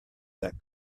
that